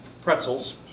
pretzels